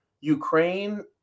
Ukraine